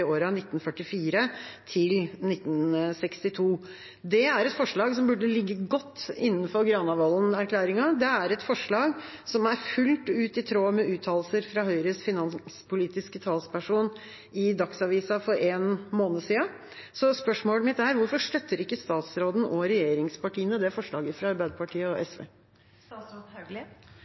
i årene 1944–1962. Det er et forslag som burde ligge godt innenfor Granavolden-erklæringen. Det er et forslag som er fullt ut i tråd med uttalelser fra Høyres finanspolitiske talsperson i Dagsavisen for en måned siden. Spørsmålet mitt er: Hvorfor støtter ikke statsråden og regjeringspartiene det forslaget fra Arbeiderpartiet og